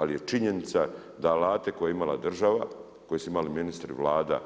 Ali je činjenica, da alate koje je imala država, koje su imali ministri, Vlada